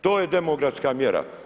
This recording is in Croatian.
To je demografska mjera.